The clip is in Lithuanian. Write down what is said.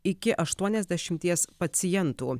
iki aštuoniasdešimties pacientų